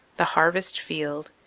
the harvest field,